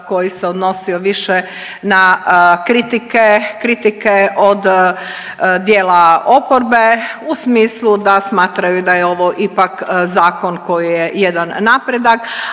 koji se odnosio više na kritike, kritike od dijela oporbe u smislu da smatraju da je ovo ipak zakon koji je jedan napredak.